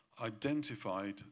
identified